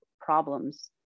problems